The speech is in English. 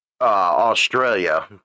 Australia